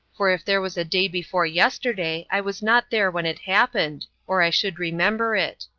for if there was a day-before-yesterday i was not there when it happened, or i should remember it.